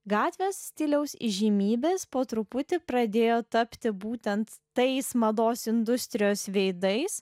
gatvės stiliaus įžymybės po truputį pradėjo tapti būtent tais mados industrijos veidais